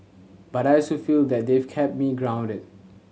but I so feel that they've kept me grounded